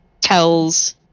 tells